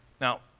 Now